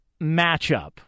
matchup